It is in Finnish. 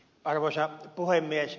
arvoisa puhemies